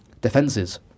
Defenses